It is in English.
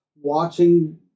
watching